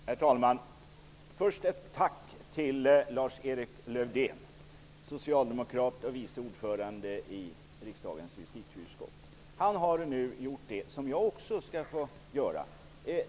Herr talman! Jag vill först rikta ett tack till socialdemokraten och vice ordföranden i riksdagens justitieutskott Lars-Erik Lövdén. Han har nu gjort det som också jag skall göra.